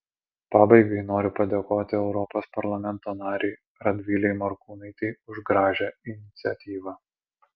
pabaigai noriu padėkoti europos parlamento narei radvilei morkūnaitei už gražią iniciatyvą